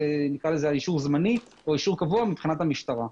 אישור זמני או עם אישור קבוע מבחינת המשטרה.